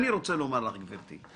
אני רוצה לומר לך, גברתי,